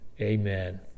amen